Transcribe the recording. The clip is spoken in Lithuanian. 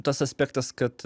tas aspektas kad